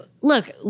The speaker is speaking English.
Look